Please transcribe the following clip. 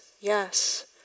yes